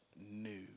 new